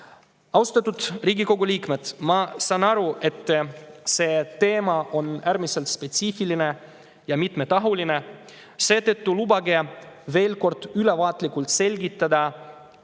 kulusid. Austatud Riigikogu liikmed! Ma saan aru, et see teema on äärmiselt spetsiifiline ja mitmetahuline. Seetõttu lubage veel kord ülevaatlikult selgitada,